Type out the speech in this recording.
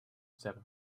seven